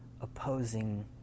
opposing